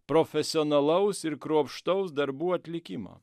profesionalaus ir kruopštaus darbų atlikimo